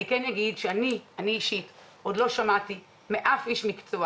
אני אישית עוד לא שמעתי מאף איש מקצוע